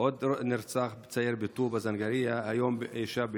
עוד נרצח, צעיר בטובא-זנגרייה, והיום, אישה בלוד.